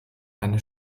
eine